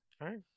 right